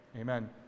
Amen